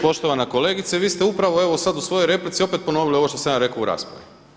Poštovana kolegice, vi ste upravo evo sada u svojoj replici opet ponovili ovo što sam ja rekao u raspravi.